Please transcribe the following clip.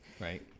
right